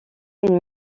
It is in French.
une